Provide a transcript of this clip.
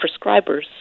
prescribers